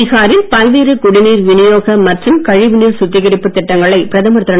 பீகாரில் பல்வேறு குடிநீர் வினியோக மற்றும் கழிவுநீர் சுத்திகரிப்புத் திட்டங்களை பிரதமர் திரு